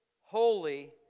holy